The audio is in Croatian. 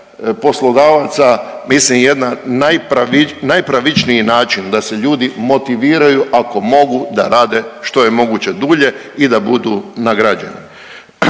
poslodavaca mislim jedan najpravičniji način da se ljudi motiviraju ako mogu da rade što je moguće dulje i da budu nagrađeni.